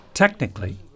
Technically